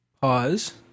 Pause